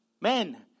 Men